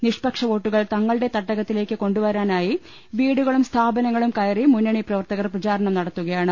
നിഷ്പക്ഷ വോട്ടു കൾ തങ്ങളുടെ തട്ടകത്തിലേക്ക് കൊണ്ടുവരാനായി വീടുകളും സ്ഥാപനങ്ങളും കയറി മുന്നണി പ്രവർത്തകർ പ്രചാരണം നടത്തുകയാണ്